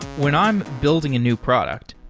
when i'm building a new product,